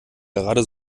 gerade